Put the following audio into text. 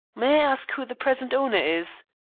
may i ask who the present owner is?